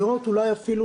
לראות אולי אפילו